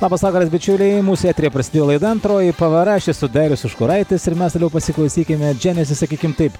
labas vakaras bičiuliai mūsų eteryje prasidėjo laida antroji pavara aš esu darius užkuraitis ir mes toliau pasiklausykime dženesis sakykim taip